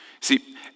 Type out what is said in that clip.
See